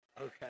Okay